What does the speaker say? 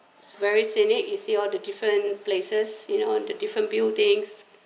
very scenic you see all the different places you know the different buildings